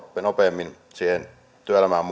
nopeammin siihen työelämään